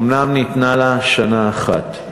אומנם ניתנה לה שנה אחת,